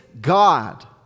God